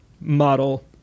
model